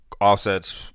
Offset's